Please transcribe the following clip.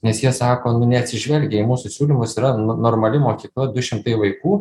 nes jie sako nu neatsižvelgia į mūsų siūlymus yra normali mokykla du šimtai vaikų